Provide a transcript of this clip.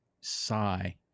sigh